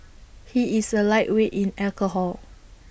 he is A lightweight in alcohol